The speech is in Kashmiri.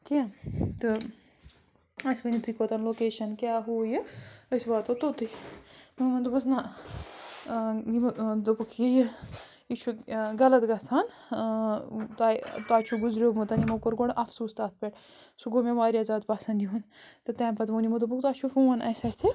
کینٛہہ تہٕ اَسہِ ؤنِو تُہۍ کوٚتَن لوکیشَن کیٛاہ ہوٗ یہِ أسۍ واتو توٚتٕے مےٚ دوٚپَمس نہ یِمو دوٚپُکھ یہِ یہِ یہِ چھُ غلط گژھان تۄہہِ تۄہہِ چھُو گُزریومُت یِمو کوٚر گۄڈٕ اَفسوٗس تَتھ پٮ۪ٹھ سُہ گوٚو مےٚ واریاہ زیادٕ پسنٛد یِہُنٛد تہٕ تَمہِ پَتہٕ ووٚن یِمو دوپُکھ تۄہہِ چھُو فون اَسہِ اتھِ